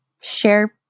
share